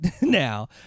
now